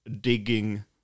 digging